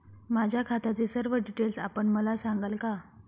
माझ्या खात्याचे सर्व डिटेल्स आपण मला सांगाल का?